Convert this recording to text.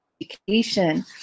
education